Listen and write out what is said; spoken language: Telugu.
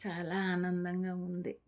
చాలా ఆనందంగా ఉంది